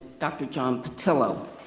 dr. john petillo.